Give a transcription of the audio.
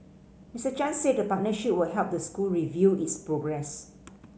Mister Chan said the partnership would help the school review its progress